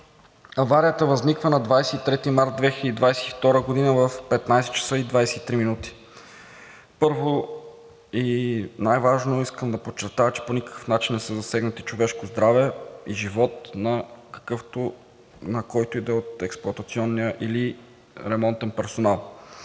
аварията възниква на 23 март 2022 г. в 15,23 ч. Първо и най-важно – искам да подчертая, че по никакъв начин не са засегнати човешко здраве и живот на когото и да е от експлоатационния или ремонтния персонал.